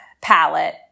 palette